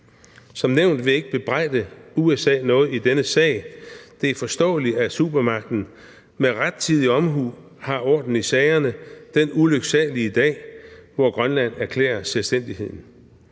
Som nævnt vil jeg ikke bebrejde USA noget i denne sag. Det er forståeligt, at supermagten med rettidig omhu har orden i sagerne den ulyksalige dag, hvor Grønland erklærer selvstændigheden.